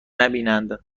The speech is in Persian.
نبینند